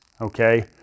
okay